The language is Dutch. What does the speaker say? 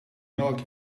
melk